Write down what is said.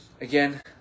again